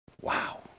Wow